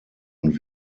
und